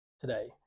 today